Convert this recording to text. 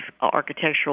architectural